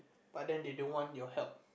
but they don't want your help